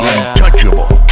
Untouchable